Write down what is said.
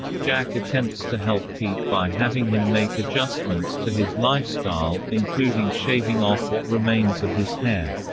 jack attempts to help pete by having him make adjustments to his lifestyle, including shaving off what remains of his hair.